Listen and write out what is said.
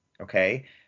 Okay